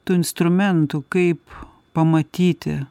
tų instrumentų kaip pamatyti